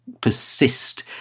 persist